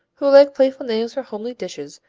who like playful names for homely dishes,